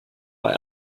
bei